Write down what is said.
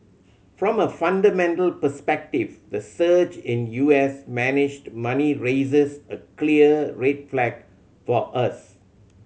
from a fundamental perspective the surge in U S managed money raises a clear red flag for us